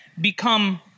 become